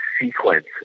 sequence